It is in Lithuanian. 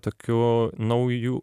tokių naujų